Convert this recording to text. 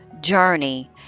journey